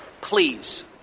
please